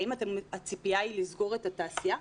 האם הציפייה היא לסגור את התעשייה,